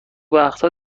وقتها